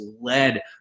led